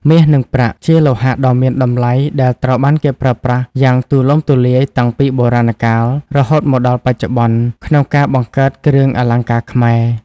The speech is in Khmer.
មាស និងប្រាក់ ជាលោហៈដ៏មានតម្លៃដែលត្រូវបានគេប្រើប្រាស់យ៉ាងទូលំទូលាយតាំងពីបុរាណកាល រហូតមកដល់បច្ចុប្បន្ន ក្នុងការបង្កើតគ្រឿងអលង្ការខ្មែរ។